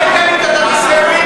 איפה אתה גר,